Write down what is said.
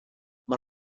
mae